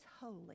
holy